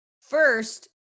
First